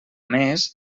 més